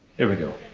here we go.